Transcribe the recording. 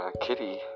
Kitty